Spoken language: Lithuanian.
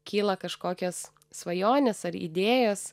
kyla kažkokios svajonės ar idėjos